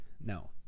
No